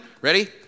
ready